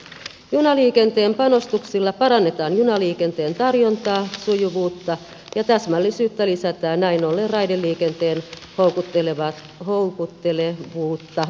junaliikenteen panostuksilla parannetaan junaliikenteen tarjontaa sujuvuutta ja täsmällisyyttä lisätään näin ollen raideliikenteen houkuttelevuutta yksityisautoilijoihin nähden